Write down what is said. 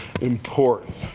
important